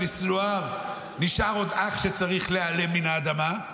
כי לסנוואר נשאר עוד אח שצריך להיעלם מן האדמה.